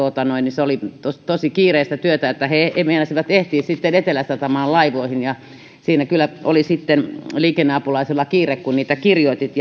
se oli tosi tosi kiireistä työtä he he meinasivat ehtiä sitten eteläsatamaan laivoihin ja siinä kyllä oli sitten liikenneapulaisella kiire kun niitä kirjoitin